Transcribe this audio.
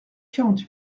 quarante